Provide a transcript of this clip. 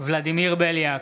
ולדימיר בליאק,